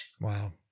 Wow